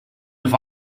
have